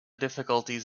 difficulties